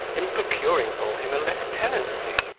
in procuring for him a lieutenancy,